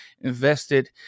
invested